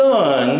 Son